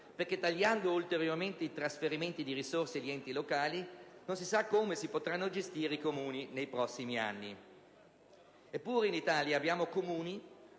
se si tagliano ulteriormente i trasferimenti di risorse agli enti locali, non si sa come si potranno gestire le amministrazioni comunali nei prossimi anni. Eppure in Italia abbiamo Comuni